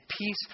peace